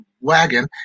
wagon